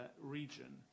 region